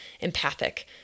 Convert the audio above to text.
empathic